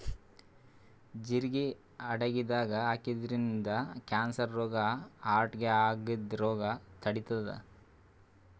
ಜಿರಗಿ ಅಡಗಿದಾಗ್ ಹಾಕಿದ್ರಿನ್ದ ಕ್ಯಾನ್ಸರ್ ರೋಗ್ ಹಾರ್ಟ್ಗಾ ಆಗದ್ದ್ ರೋಗ್ ತಡಿತಾದ್